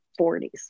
40s